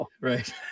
Right